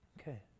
Okay